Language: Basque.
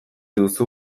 duzu